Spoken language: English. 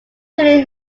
truly